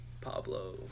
Pablo